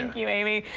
and you, amy.